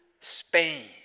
Spain